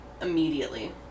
immediately